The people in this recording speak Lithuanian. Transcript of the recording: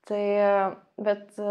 tai bet